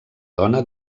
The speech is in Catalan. dona